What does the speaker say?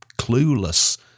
clueless